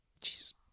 Jesus